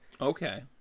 Okay